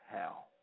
hell